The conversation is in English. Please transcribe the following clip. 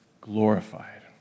glorified